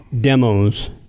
demos